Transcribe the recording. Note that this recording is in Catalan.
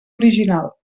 original